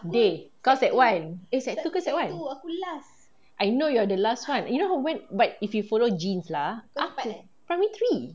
dey kau sec one eh sec two ke sec one I know you're the last one you know when but if you follow genes lah aku primary three